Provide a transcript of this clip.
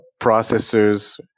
processors